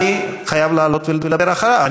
אני חייב לעלות ולדבר אחריו,